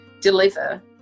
deliver